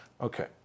Okay